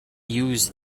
use